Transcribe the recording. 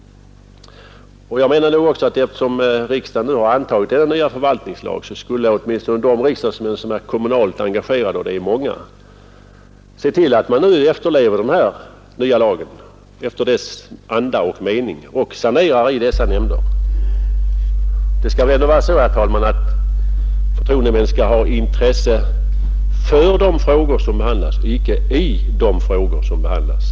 Eftersom riksdagen antagit denna nya förvaltningslag, borde åtminstone de riksdagsmän som är kommunalt engagerade — och det är många — se till att man efterlever den nya lagen, dess anda och mening, och sanerar i dessa nämnder. Det skall väl ändå vara så, herr talman, att förtroendemännen skall ha intresse för de frågor som behandlas, icke i de frågor som behandlas.